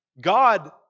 God